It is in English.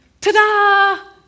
ta-da